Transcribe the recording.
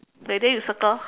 then then you circle